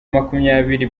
makumyabiri